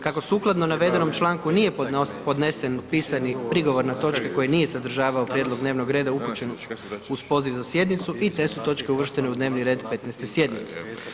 Kako sukladno navedenom članku nije podnesen pisani prigovor na točke koje nije sadržavao prijedlog dnevnog reda upućen uz poziv za sjednicu i te su točke uvrštene u dnevni red 15. sjednice.